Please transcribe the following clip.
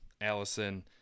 Allison